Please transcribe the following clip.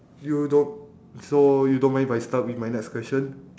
you don't so you don't mind if I start with my next question